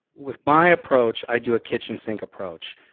with my approach i do a kitchen-sink approach.